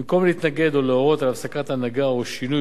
במקום להתנגד או להורות על הפסקת הנהגה או שינוי